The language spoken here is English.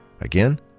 Again